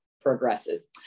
progresses